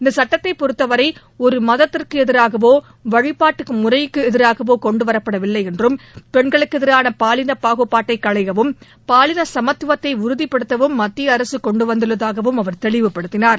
இந்தச் சட்டத்தை பொறுத்தவரை ஒரு மதத்திற்கு எதிராகவோ வழிப்பாட்டு முறைக்கு எதிராகவோ கொண்டுவரப்படவில்லை என்றும் பெண்களுக்கு எதிரான பாலின பாகுப்பாட்டை களையவும் பாலின சமத்துவத்தை உறுதிபடுத்தவும் மத்திய அரசு கொண்டு வந்துள்ளதாகவும் அவர் தெளிவுப்படுத்தினார்